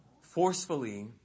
forcefully